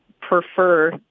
prefer